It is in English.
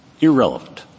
Irrelevant